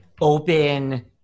open